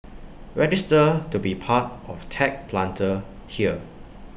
register to be part of tech Planter here